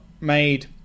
made